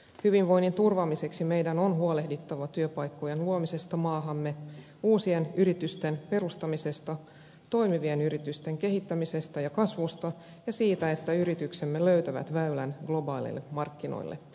hyvinvoinnin turvaamiseksi meidän on huolehdittava työpaikkojen luomisesta maahamme uusien yritysten perustamisesta toimivien yritysten kehittämisestä ja kasvusta ja siitä että yrityksemme löytävät väylän globaaleille markkinoille